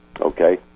Okay